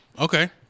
Okay